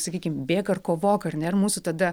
sakykim bėk ar kovok ar ne ir mūsų tada